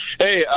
Hey